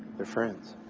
they're friends.